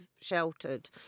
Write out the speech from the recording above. sheltered